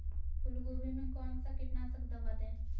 फूलगोभी में कौन सा कीटनाशक दवा दे?